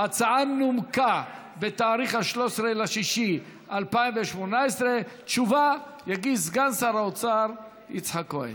ההצעה נומקה ב-13 ביוני 2018. תשובה יגיש סגן שר האוצר יצחק כהן.